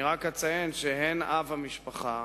אני רק אציין שהן אב המשפחה